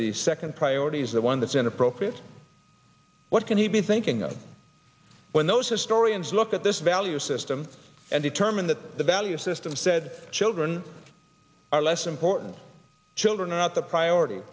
the second priority is the one that's inappropriate what can he be thinking of when those historians look at this value system and determine that the value system said children are less important children are not the priority